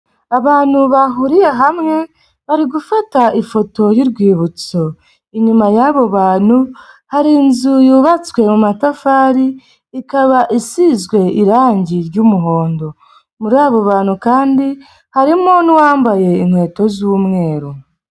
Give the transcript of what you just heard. Abantu bahuriye hamwe bari gufata ifoto y'urwibutso, inyuma y'abo bantu hari inzu yubatswe mu matafari, ikaba isizwe irangi ry'umuhondo, muri abo bantu kandi harimo n'uwambaye inkweto z'umweru.